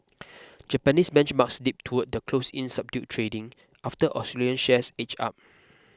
Japanese benchmarks dipped toward the close in subdued trading after Australian shares edged up